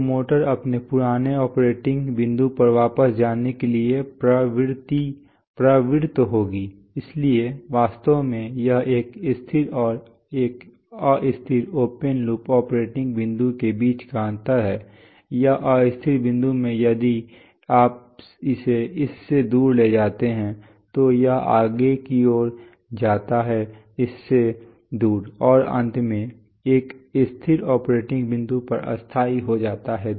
तो मोटर अपने पुराने ऑपरेटिंग बिंदु पर वापस जाने के लिए प्रवृत्त होगी इसलिए वास्तव में यह एक स्थिर और एक अस्थिर ओपन लूप ऑपरेटिंग बिंदु के बीच का अंतर है एक अस्थिर बिंदु में यदि आप इसे इससे दूर ले जाते हैं तो यह आगे की ओर जाता है इससे दूर और अंत में एक स्थिर ऑपरेटिंग बिंदु पर स्थाई हो जाता है